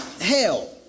hell